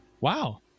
Wow